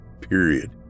period